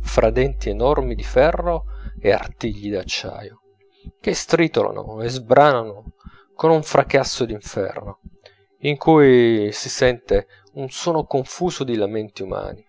fra denti enormi di ferro e artigli d'acciaio che stritolano e sbranano con un fracasso d'inferno in cui si sente un suono confuso di lamenti umani